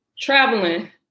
Traveling